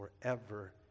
forever